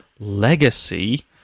legacy